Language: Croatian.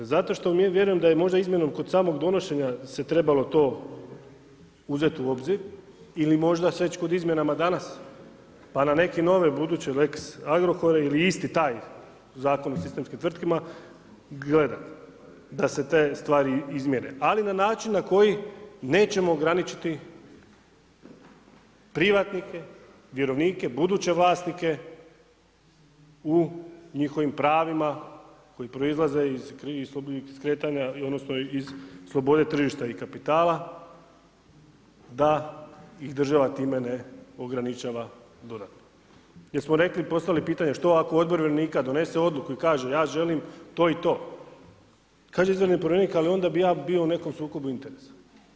Zato što vjerujem da je možda izmjenom kod samog donošenja se trebalo to uzet u obzir ili možda već kod izmjenama danas pa na neke nove buduće lex Agrokore ili isti taj Zakon o sistemskim tvrtkama gledam da se te stvari izmjene, ali na način na koji nećemo graničiti privatnike, vjerovnike, buduće vlasnike u njihovim pravima koji proizlaze iz kretanja, odnosno iz slobode tržišta i kapitala da ih država time ne ograničava dodatno, jer smo postavili pitanje što ako odbor vjerovnika donese odluku i kaže ja želim to i to, kaže izvanredni povjerenik ali onda bi ja bio u nekom sukobu interesa.